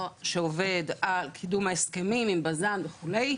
שעובד על קידום ההסכמים עם קבוצת בזן וכולה.